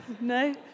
No